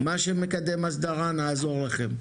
מה שמקדם הסדרה נעזור לכם.